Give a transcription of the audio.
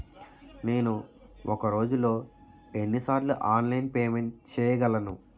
నేను ఒక రోజులో ఎన్ని సార్లు ఆన్లైన్ పేమెంట్ చేయగలను?